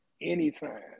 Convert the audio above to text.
Anytime